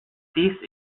these